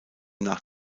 nach